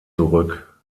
zurück